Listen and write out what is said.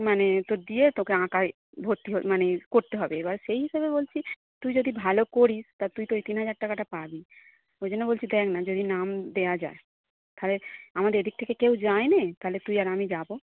মানে তোর দিয়ে তোকে আঁকায় ভর্তি হ মানে করতে হবে এবার সেই হিসাবে বলছি তুই যদি ভালো করিস তা তুই তো ওই তিন হাজার টাকাটা পাবি ওই জন্য বলছি দেখা না যদি নাম দেওয়া যায় তাহলে আমাদের এদিক থেকে কেউ যায় নে তাহলে তুই আর আমি যাবো